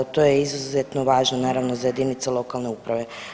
To je izuzetno važno naravno za jedinice lokalne uprave.